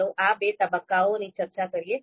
ચાલો આ બે તબક્કાઓની ચર્ચા કરીએ